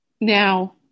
now